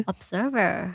Observer